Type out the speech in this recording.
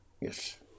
Yes